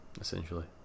essentially